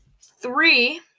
three